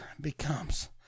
becomes